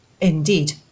Indeed